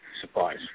supplies